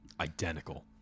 identical